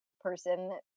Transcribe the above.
person